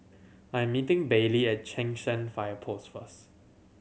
I'm meeting Bailee at Cheng San Fire Post first